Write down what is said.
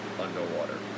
underwater